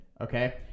okay